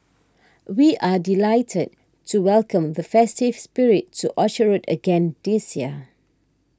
we are delighted to welcome the festive spirit to Orchard Road again this year